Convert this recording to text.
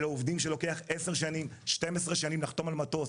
אלה עובדים שלוקח 10 שנים, 12 שנים לחתום על מטוס.